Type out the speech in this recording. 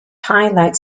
highlight